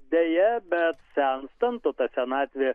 deja bet senstant o ta senatvė